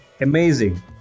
amazing